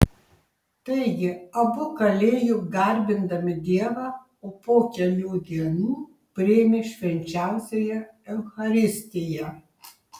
taigi abu kalėjo garbindami dievą o po kelių dienų priėmė švenčiausiąją eucharistiją